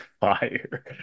fire